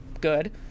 good